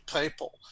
people